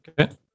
Okay